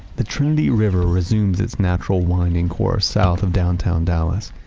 the trinity river resumes its natural winding course south of downtown dallas.